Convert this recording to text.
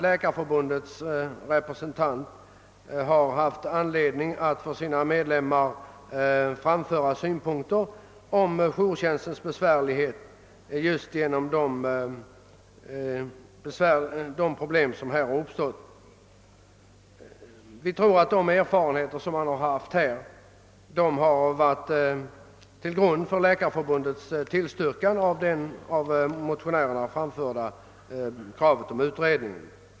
Läkarförbundets representanter har förmodligen till medlemmarna framfört synpunkter på jourtjänstens besvärande problem, De erfarenheter som Läkarförbundet har haft har förmodligen legat till grund för dess tillstyrkan av motionärernas krav på utredning.